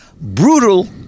Brutal